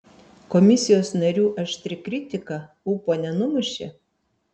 komisijos narių aštri kritika ūpo nenumušė